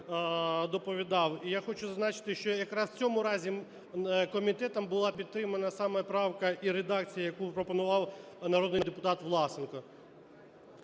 я хочу зазначити, що якраз в цьому разі комітетом була підтримана саме правка і редакція, яку пропонував народний депутат Власенко.